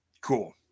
cool